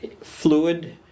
fluid